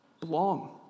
belong